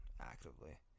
actively